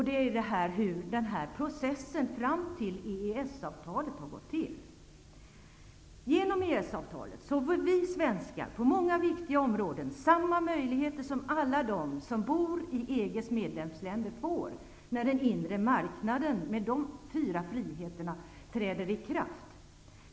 Det gäller processen fram till Genom EES-avtalet får vi svenskar på många viktiga områden samma möjligheter som alla de som bor i EG:s medlemsländer får när den inre marknaden med de fyra friheterna träder i kraft.